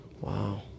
Wow